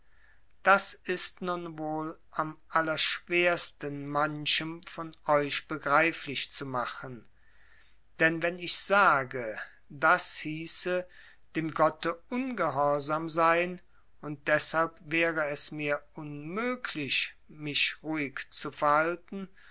das ist nun wohl am allerschwersten manchem von euch begreiflich zu machen denn wenn ich sage das hieße dem gotte ungehorsam sein und deshalb wäre es mir unmöglich mich ruhig zu verhalten